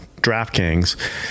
DraftKings